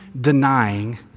denying